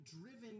driven